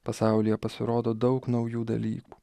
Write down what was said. pasaulyje pasirodo daug naujų dalykų